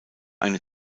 eine